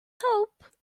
hope